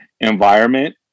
environment